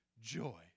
joy